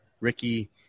Ricky